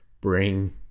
bring